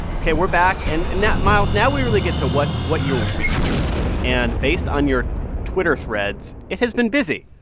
ok. we're back. and, and miles, now we really get to what what your week has been like. and based on your twitter threads, it has been busy.